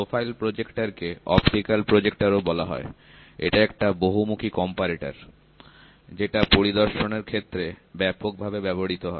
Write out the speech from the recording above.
profile projector কে optical projector ও বলা হয় এটা একটা বহুমুখী কম্পারেটর যেটা পরিদর্শনের ক্ষেত্রে ব্যাপকভাবে ব্যবহৃত হয়